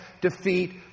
defeat